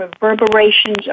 reverberations